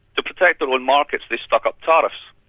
to protect their own markets they stuck up tariffs.